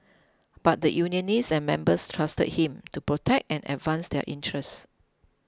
but the unionists and members trusted him to protect and advance their interests